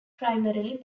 primarily